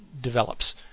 develops